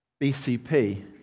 BCP